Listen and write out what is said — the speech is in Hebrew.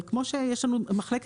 אבל כמו שיש לנו מחלקת,